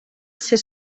ser